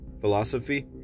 philosophy